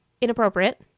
inappropriate